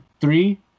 three